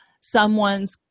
someone's